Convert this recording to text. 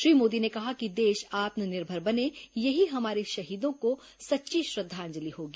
श्री मोदी ने कहा कि देश आत्मनिर्भर बने यही हमारे शहीदों को सच्ची श्रद्धांजलि होगी